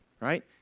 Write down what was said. right